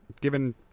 given